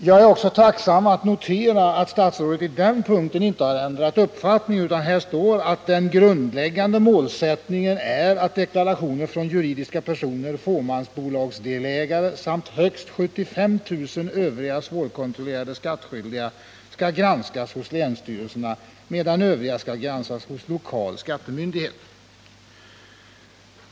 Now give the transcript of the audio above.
Jag noterar också tacksamt att statsrådet på den punkten inte har ändrat uppfattning utan att det i svaret står att den grundläggande målsättningen är att deklarationer från juridiska personer, fåmansbolagsdelägare samt högst 75 000 övriga svårkontrollerade skattskyldiga skall granskas hos länsstyrelserna, medan övriga skall granskas hos lokal skattemyndighet.